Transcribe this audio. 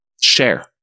share